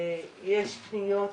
עדיין יש פניות